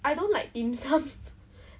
第四楼